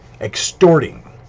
extorting